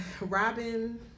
Robin